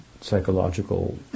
psychological